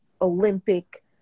Olympic